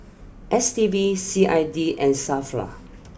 S T B C I D and Safra